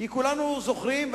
כי כולנו זוכרים,